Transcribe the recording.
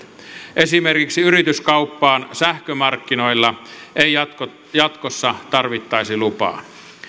esimerkiksi yrityskauppaan sähkömarkkinoilla ei jatkossa jatkossa tarvittaisi lupaa